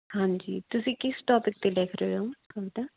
ਹਾਂਜੀ ਤੁਸੀਂ ਕਿਸ ਟੌਪਿਕ 'ਤੇ ਲਿਖ ਰਹੇ ਹੋ ਕਵਿਤਾ